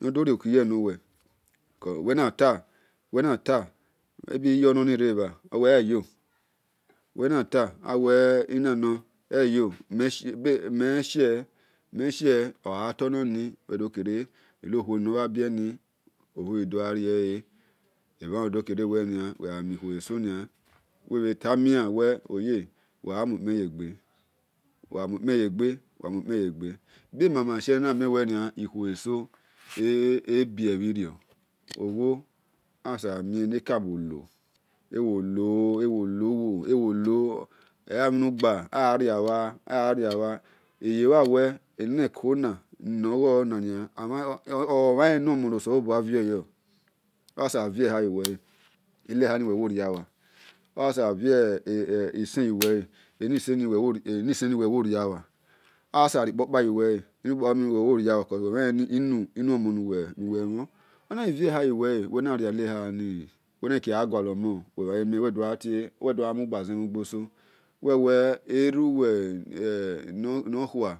rie-kuye nuwe uwe nata owe ghe yo-mhen ghie ogha-ghatononi we doghere enomhan bie ni ohy-ghi dho gha riehe oye uwamuekpen yeghe uwamukpen yegbe, bemama shie ikhuo ebie-bhie rio emhanlen inu nosalohua vie yuwe he osavie eba yuwe he enieha ni uwi ghi ria wa cos uwa mhan lenenu-omonuwemhon onavie eha yuwele uweria hua uwedogha gualemon uwe mhan mie uwi dogha mugba-aze-bhoso uwi-we-eru-we nokhua.